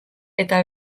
eta